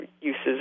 uses